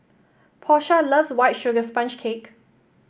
Porsha loves White Sugar Sponge Cake